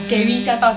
mm mm